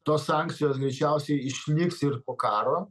tos sankcijos greičiausiai išliks ir po karo